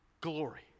glory